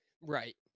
right